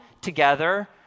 together